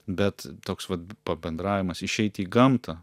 bet toks vat pabendravimas išeiti į gamtą